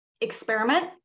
experiment